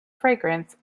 fragrance